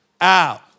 out